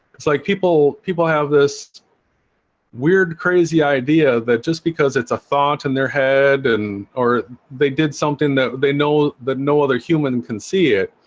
it's like people people have this weird crazy idea that just because it's a thought in their head and or they did something that they know that no other human can see it